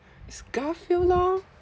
it's garfield lor